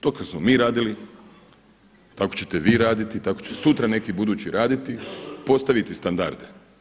To kako smo mi radili, tako ćete vi raditi, tako će sutra neki budući raditi, postaviti standarde.